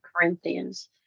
corinthians